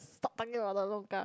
stop talking about the longkang